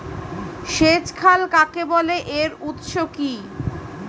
সেচ খাল কাকে বলে এর উৎস কি?